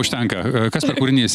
užtenka kas per kūrinys